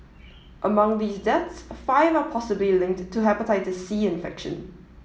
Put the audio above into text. among these deaths five are possibly linked to Hepatitis C infection